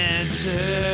enter